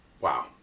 Wow